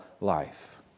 life